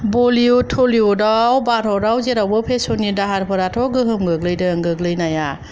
Bollywood Tollywood आव भारतआव जेरावबो फेसन नि दाहारफोराथ' गोहोम गोग्लैदों गोग्लैनाया